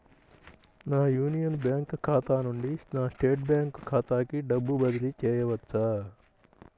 నా union bank ఖాతా నుండి నా స్టేట్ బ్యాంకు ఖాతాకి డబ్బు బదిలి చేయవచ్చా?